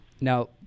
Now